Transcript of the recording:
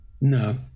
No